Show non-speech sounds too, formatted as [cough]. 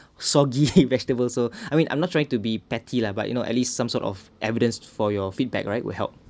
soggy [laughs] vegetables so I mean I'm not trying to be petty lah but you know at least some sort of evidence for your feedback right will help